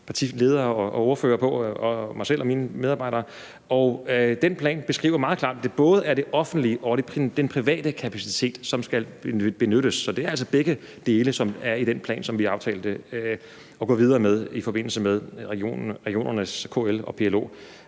partiledere og ordførere, mig selv og mine medarbejdere. Den plan beskriver meget klart, at det både er det offentliges og det privates kapacitet, der skal benyttes. Så det er altså begge dele, der er i den plan, som vi sammen med Danske Regioner og PLO